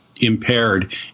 impaired